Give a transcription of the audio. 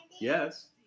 Yes